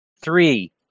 Three